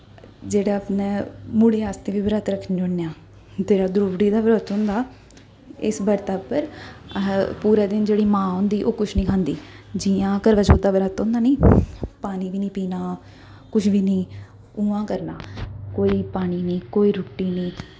जेह्ड़ा अपने मुड़े आस्तै बी बरत रक्खनें होन्ने आं द्रुब्बड़ी दा बरत होंदा